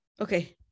Okay